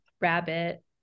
rabbit